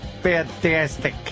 fantastic